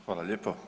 Hvala lijepo.